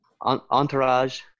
entourage